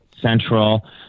central